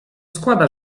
składa